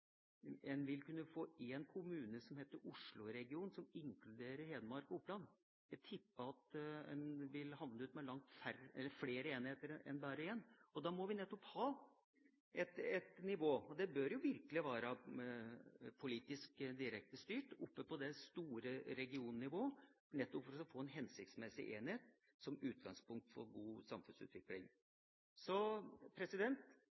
en vil kunne få én kommune som heter Oslo-regionen, som inkluderer Hedmark og Oppland. Jeg tipper at en vil havne opp med langt flere enheter enn bare én, og da må vi nettopp ha ett nivå. Det bør være politisk direkte styrt oppe på det store regionnivået, nettopp for å få en hensiktsmessig enhet som utgangspunkt for god samfunnsutvikling.